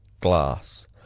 glass